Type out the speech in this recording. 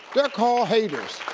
they're called haters.